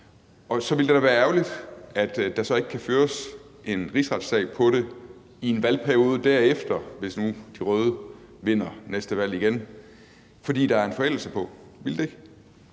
Så ville det da være ærgerligt, at der så ikke kunne føres en rigsretssag på det i en valgperiode derefter, hvis nu de røde vinder næste valg igen, fordi der var tale om forældelse. Ville det ikke?